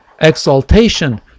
exaltation